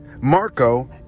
Marco